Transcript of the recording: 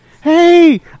Hey